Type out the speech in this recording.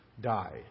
die